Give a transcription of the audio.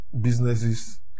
businesses